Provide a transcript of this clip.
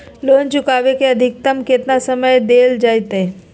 Loan चुकाबे के अधिकतम केतना समय डेल जयते?